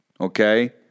Okay